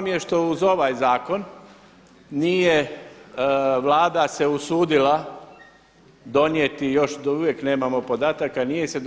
Žao mi je što uz ovaj zakon nije Vlada se usudila donijeti i još da uvijek nemamo podataka, nije se